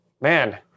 man